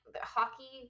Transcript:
hockey